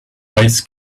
ice